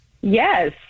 Yes